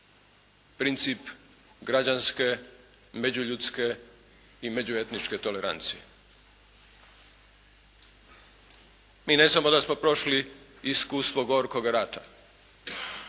princip građanske, međuljudske i međuetničke tolerancije. Mi ne samo da smo prošli iskustvo gorkoga rata